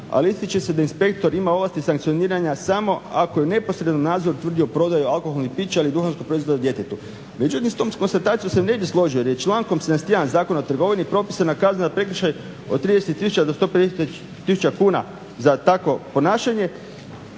ali ističe se da inspektor ima ovlasti sankcioniranja samo ako je neposredan nadzor utvrdio prodaju alkoholnih pića i duhanskih proizvoda djetetu. Međutim, s tom konstatacijom se ne bih složio jer je člankom 71. Zakona o trgovini propisana kazna za prekršaj od 30 tisuća do 150 tisuća kuna za takvo ponašanje.